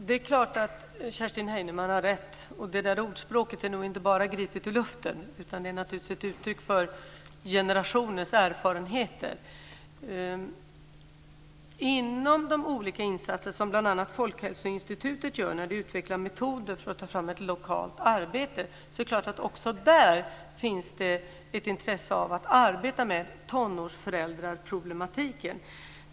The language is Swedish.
Fru talman! Kerstin Heinemann har rätt. Det där ordspråket är nog inte bara gripet ur luften. Det är naturligtvis ett uttryck för generationers erfarenheter. Inom de olika insatser som bl.a. Folkhälsoinstitutet gör när man utvecklar metoder för att ta fram ett lokalt arbete finns naturligtvis ett intresse för att också arbeta med tonårsföräldraproblematiken.